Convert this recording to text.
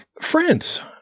France